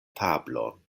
tablon